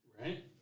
Right